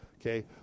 Okay